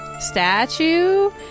statue